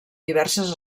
diverses